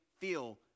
feel